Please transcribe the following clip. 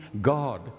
God